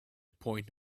point